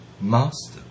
master